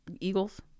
Eagles